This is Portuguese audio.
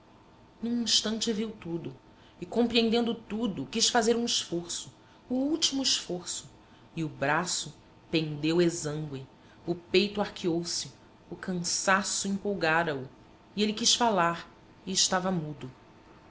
num instante viu tudo e compreendendo tudo quis fazer um esforço o último esforço e o braço pendeu exangue o peito arqueou se o cansaço empolgara o e ele quis falar e estava mudo